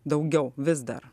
daugiau vis dar